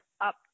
up